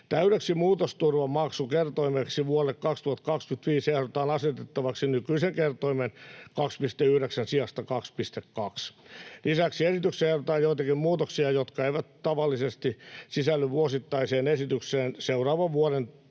Täydeksi muutosturvamaksukertoimeksi vuodelle 2025 ehdotetaan asetettavaksi nykyisen kertoimen 2,9 sijasta 2,2. Lisäksi esitykseen ehdotetaan joitakin muutoksia, jotka eivät tavallisesti sisälly vuosittaiseen esitykseen seuraavan vuoden